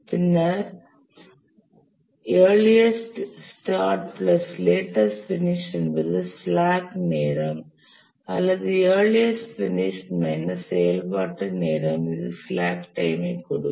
பின்னர் earliest start plus latest finish என்பது slack நேரம் அல்லது இயர்லியஸ்ட் பினிஷ் மைனஸ் செயல்பாட்டு நேரம் இது ஸ்லாக் டைமை கொடுக்கும்